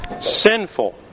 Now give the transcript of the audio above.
sinful